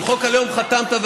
על חוק הלאום חתמת,